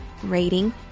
rating